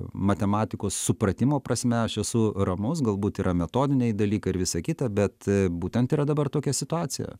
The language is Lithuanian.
matematikos supratimo prasme aš esu ramus galbūt yra metodiniai dalykai ir visa kita bet būtent yra dabar tokia situacija